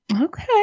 Okay